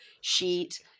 sheet